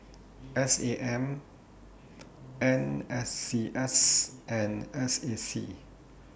S A M N S C S and S A C